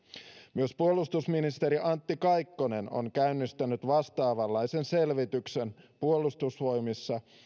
myös puolustusministeri antti kaikkonen on käynnistänyt vastaavanlaisen selvityksen puolustusvoimissa